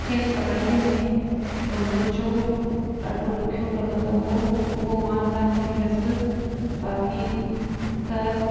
मूंखे कढ़ाईअ में हुरमुचो ॾाढो ॾुखियो लगंदो हो उहो मां न सिखियसि बाक़ी त